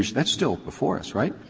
that's still before us, right?